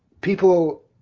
people